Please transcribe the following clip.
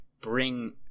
bring